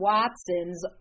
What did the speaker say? Watson's